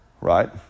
right